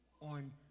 on